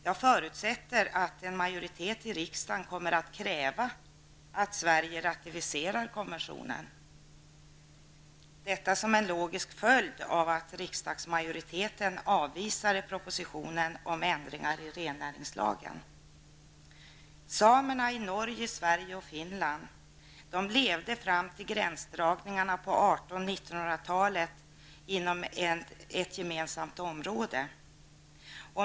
Jag förutsätter att en majoritet i riksdagen kommer att kräva att Sverige ratificerar konventionen, detta som en logisk följd av att riksdagsmajoriteten avvisade propositionen om ändringar i rennäringslagen. Samerna i Norge, Sverige och Finland levde fram till gränsdragningarna på 1800-talet och 1900-talet inom ett gemensamt område.